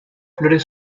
flores